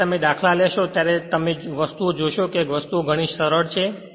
જ્યારે તમે દાખલા લેશો ત્યારે તમે જોશો કે વસ્તુઓ ઘણી સરળ છે